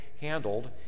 handled